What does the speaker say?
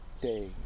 day